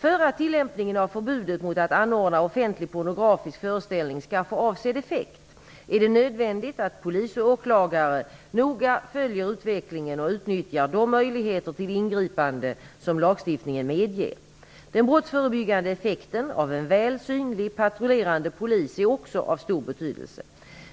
För att tillämpningen av förbudet mot att anordna offentlig pornografisk föreställning skall få avsedd effekt är det nödvändigt att polis och åklagare noga följer utvecklingen och utnyttjar de möjligheter till ingripande som lagstiftningen medger. Den brottsförebyggande effekten av en väl synlig, patrullerande polis är också av stor betydelse.